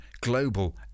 global